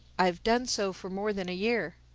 i have done so for more than a year.